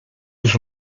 już